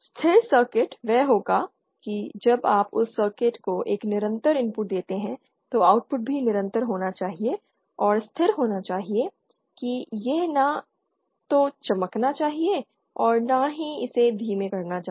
स्थिर सर्किट वह होगा कि जब आप उस सर्किट को एक निरंतर इनपुट देते हैं तो आउटपुट भी निरंतर होना चाहिए और स्थिर होना चाहिए कि यह न तो चमकना चाहिए और न ही इसे धीमा करना चाहिए